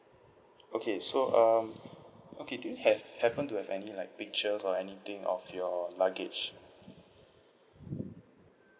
okay so um okay do you have happen to have any like pictures or anything of your luggage